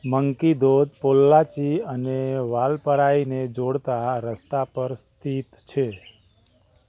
monkey ધોધ પોલ્લાચી અને વાલપરાઈને જોડતા રસ્તા પર સ્થિત છે